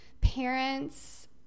Parents